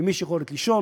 למי יש יכולת לישון?